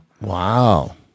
Wow